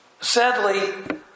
Sadly